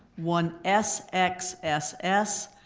one s x s s,